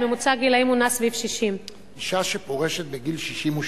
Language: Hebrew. ממוצע הגילים נע סביב 60. אשה שפורשת בגיל 62,